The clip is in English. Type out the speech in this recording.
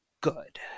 good